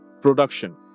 production